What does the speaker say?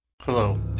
Hello